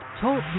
TALK